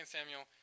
Samuel